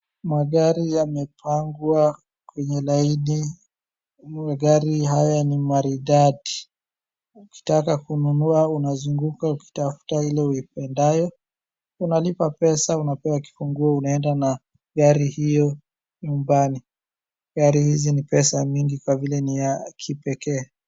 Magari yamepangwa kwenye laini, magari haya ni maridadi. Ukitaka kununua unazunguka ukitafuta ile uipendayo, unalipa pesa unapewa kifunguo unaenda na gari hiyo nyumbani. Gari hizi ni pesa mingi kwa vile ni ya kipekee.